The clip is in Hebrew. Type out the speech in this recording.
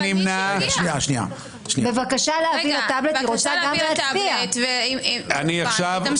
גם נעקוב בצורה קצת יותר איטית ולא